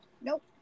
Nope